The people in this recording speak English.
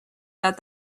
that